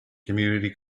community